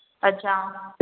अच्छा